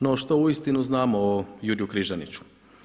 No što uistinu znamo o Jurju Križaniću.